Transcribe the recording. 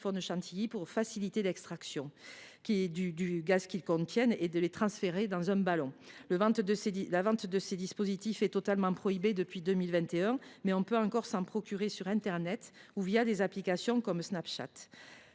pour faciliter l’extraction du gaz qu’ils contiennent et transférer celui ci dans un ballon. La vente de ces dispositifs est totalement prohibée depuis 2021, mais on peut encore s’en procurer sur internet ou des applications comme Snapchat.